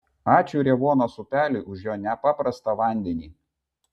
ačiū revuonos upeliui už jo nepaprastą vandenį